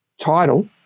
title